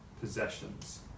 possessions